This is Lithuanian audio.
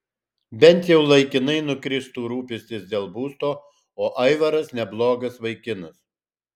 bent jau laikinai nukristų rūpestis dėl būsto o aivaras neblogas vaikinas